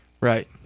right